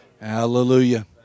Hallelujah